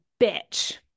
bitch